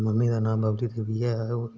ते मम्मी दा नांऽ बबली देवी ऐ